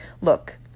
look